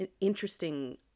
interesting